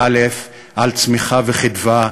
על צמיחה וחדווה,